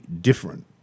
different